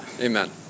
Amen